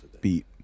beat